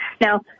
Now